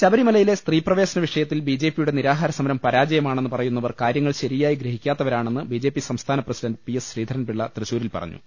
ശബരിമലയിലെ സ്ത്രീപ്രവേശന വിഷയത്തിൽ ബി ജെ പിയുടെ നിരാഹാരസമരം പരാജയമാണെന്ന് പറയുന്നവർ കാര്യ ങ്ങൾ ശരിയായി ഗ്രഹിക്കാത്തവരാണെന്ന് ബി ജെ പി സംസ്ഥാന president P S Sreedharan Pillai തൃശൂരിൽ പറഞ്ഞു